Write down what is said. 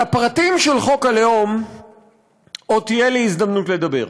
על הפרטים של חוק הלאום עוד תהיה לי הזדמנות לדבר,